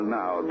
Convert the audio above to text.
now